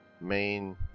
main